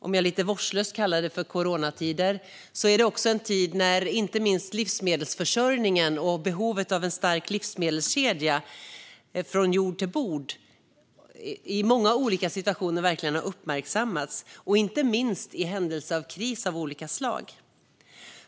Om jag lite vårdslöst kallar det för coronatider är det också en tid när inte minst livsmedelsförsörjningen och behovet av en stark livsmedelskedja från jord till bord i många olika situationer verkligen har uppmärksammats, inte minst i händelse av kriser av olika slag.